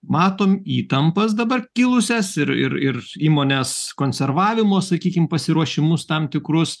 matom įtampas dabar kilusias ir ir įmonės konservavimus sakykime pasiruošimus tam tikrus